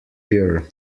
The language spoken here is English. pure